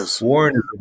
Warren